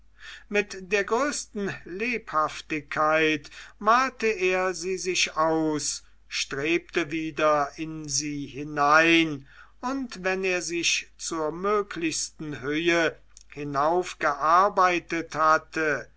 mit der größten lebhaftigkeit malte er sie sich aus strebte wieder in sie hinein und wenn er sich zur möglichsten höhe hinaufgearbeitet hatte